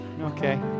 Okay